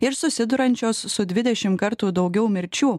ir susiduriančios su dvidešim kartų daugiau mirčių